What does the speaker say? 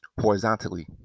horizontally